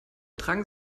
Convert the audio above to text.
drang